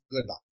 Goodbye